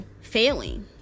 failing